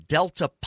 Delta